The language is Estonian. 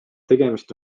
tegemist